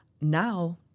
Now